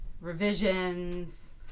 revisions